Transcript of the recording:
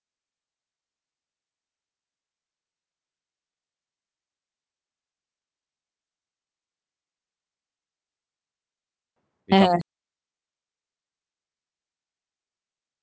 and